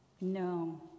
No